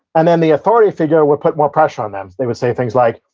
and then the authority figure would put more pressure on them. they would say things like,